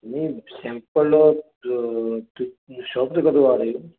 ਸੈਪਲ shop ਤੇ ਕਦੋਂ ਆ ਰਹੇ ਹੋ